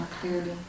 clearly